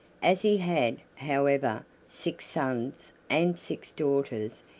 as he had, however, six sons and six daughters,